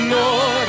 Lord